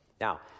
Now